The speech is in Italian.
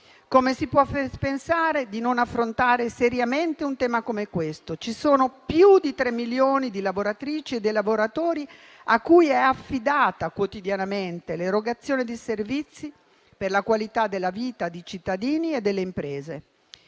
Come si può pensare di non affrontare seriamente un tema come questo? Ci sono più di tre milioni di lavoratrici e lavoratori a cui è affidata quotidianamente l'erogazione di servizi per la qualità della vita di cittadini e imprese